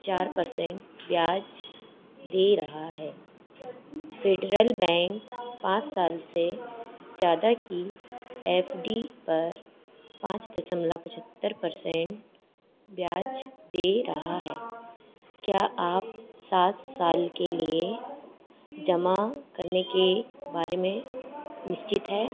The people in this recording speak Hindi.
चार परसेंट ब्याज दर दे रहा है फेडरल बैंक पाँच साल से ज़्यादा की एफ डी पर पाँच दसमलव पचहत्तर परसेंट ब्याज दे रहा है क्या आप सात साल के लिए जमा करने के बारे में निश्चित हैं